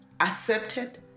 accepted